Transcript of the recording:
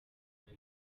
meze